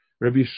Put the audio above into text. Rabbi